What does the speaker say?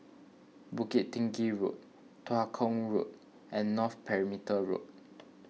Bukit Tinggi Road Tua Kong Road and North Perimeter Road